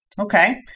Okay